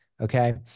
Okay